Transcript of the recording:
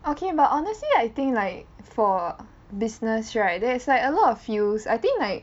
okay but honestly I think like for business right there is like a lot of fields I think like